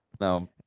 No